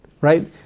Right